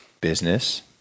business